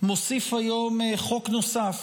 מוסיף היום חוק נוסף